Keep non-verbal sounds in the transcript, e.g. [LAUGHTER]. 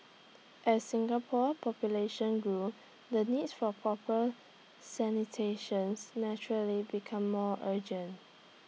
as Singapore's population grew the needs for proper sanitation [UNINTELLIGIBLE] naturally became more urgent